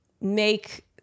make